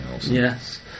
yes